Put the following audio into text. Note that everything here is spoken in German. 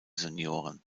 senioren